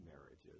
marriages